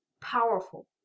powerful